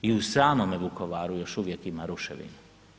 I u samome Vukovaru još uvijek ima ruševina.